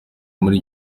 muri